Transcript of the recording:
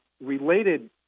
Related